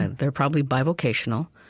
and they're probably bi-vocational.